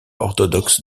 orthodoxe